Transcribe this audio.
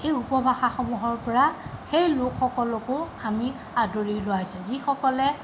এই উপভাষাসমূহৰ পৰা সেই লোকসকলকো আমি আদৰি লোৱা হৈছে যিসকলে